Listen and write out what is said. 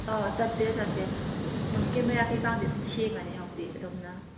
ꯑꯥꯎ ꯆꯠꯇꯦ ꯆꯠꯇꯦ ꯀꯦꯃꯦꯔꯥ ꯀꯩꯀꯥꯗꯤ ꯑꯗꯨꯝ ꯁꯦꯡꯉꯅꯤ ꯍꯧꯖꯤꯛꯇꯤ ꯑꯗꯨꯝꯅ